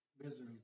misery